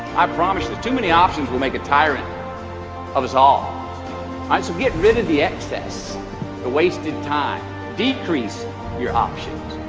i promise that too many options will make a tyrant of us all so get rid of the excess the wasted time decrease your options